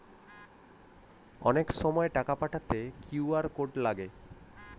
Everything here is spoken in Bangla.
অনেক সময় টাকা পাঠাতে কিউ.আর কোড লাগে